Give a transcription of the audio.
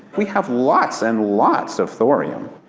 we have lots and lots of thorium.